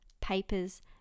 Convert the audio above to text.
papers